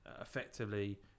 effectively